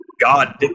God